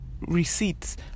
receipts